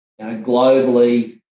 globally